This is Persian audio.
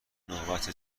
نوبت